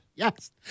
Yes